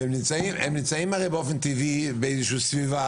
והם נמצאים הרי באופן טבעי באיזו שהיא סביבה,